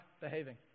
behaving